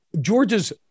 Georgia's